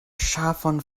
ŝafon